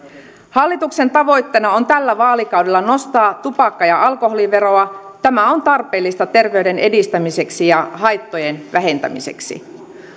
hallituksen tavoitteena on tällä vaalikaudella nostaa tupakka ja alkoholiveroa tämä on tarpeellista terveyden edistämiseksi ja haittojen vähentämiseksi